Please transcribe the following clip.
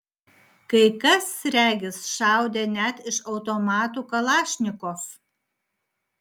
kai kas regis šaudė net iš automatų kalašnikov